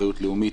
אחריות לאומית,